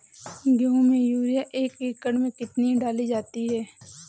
गेहूँ में यूरिया एक एकड़ में कितनी डाली जाती है?